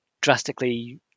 drastically